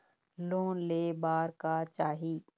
Loan ले बार का चाही?